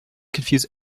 confuse